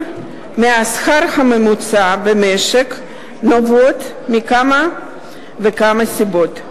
מהשכר הממוצע במשק נובעים מכמה וכמה סיבות,